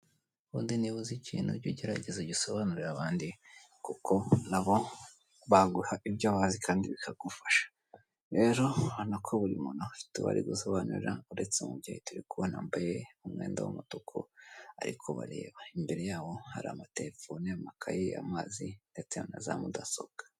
Ubundi niba uzi ikintu cyo gerageza ugisobanurira abandi kuko nabo baguha ibyo bazi kandi bikagufasha rero urabona ko buri muntu afite uwo ari gusobanurira ,buretse umubyeyi turi kubona wambaye umwenda w'umutuku ariko bareba imbere yabo hari amaterefone ,amakaye ,amazi ndetse na zamudasobwa.